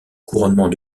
couronnement